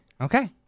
Okay